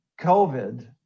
COVID